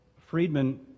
Friedman